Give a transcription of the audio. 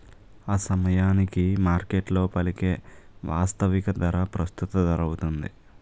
ఆసమయానికి మార్కెట్లో పలికే వాస్తవిక ధర ప్రస్తుత ధరౌతుంది